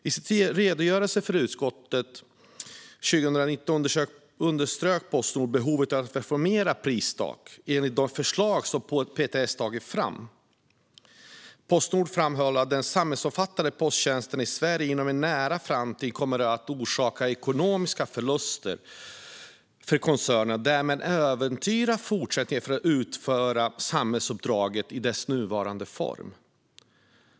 I sin redogörelse för utskottet 2019 underströk Postnord behovet av ett reformerat pristak enligt det förslag som PTS tagit fram. Postnord framhöll att den samhällsomfattande posttjänsten i Sverige inom en nära framtid kommer att orsaka ekonomiska förluster för koncernen och därmed äventyra förutsättningarna för att utföra samhällsuppdraget i dess nuvarande form.